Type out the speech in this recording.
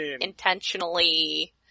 intentionally